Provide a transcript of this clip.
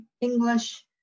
English